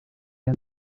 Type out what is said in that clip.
and